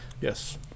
Yes